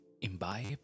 imbibe